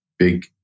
big